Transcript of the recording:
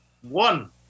One